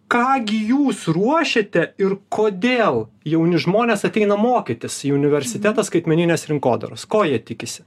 ką gi jūs ruošiate ir kodėl jauni žmonės ateina mokytis į universitetą skaitmeninės rinkodaros ko jie tikisi